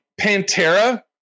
Pantera